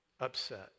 upset